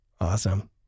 Awesome